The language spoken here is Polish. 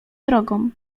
drogą